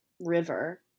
river